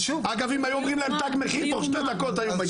אגב אם היו אומרים להם תג מחיר תוך שתי דקות היו מגיעים.